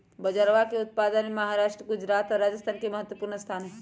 बजरवा के उत्पादन में महाराष्ट्र गुजरात और राजस्थान के महत्वपूर्ण स्थान हई